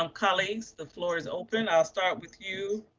um colleagues the floor is open. i'll start with you,